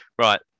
Right